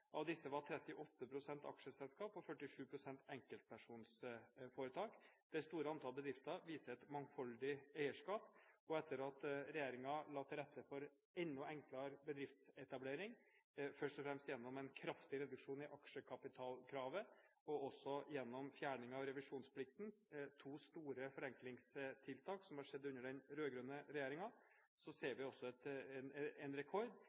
Av disse var 38 pst. aksjeselskap og 47 pst. enkeltpersonforetak. Det store antallet bedrifter viser et mangfoldig eierskap. Og etter at regjeringen la til rette for enda enklere bedriftsetablering, først og fremst gjennom en kraftig reduksjon i aksjekapitalkravet og også gjennom fjerning av revisjonsplikten – to store forenklingstiltak som har skjedd under den rød-grønne regjeringen – ser vi også en rekord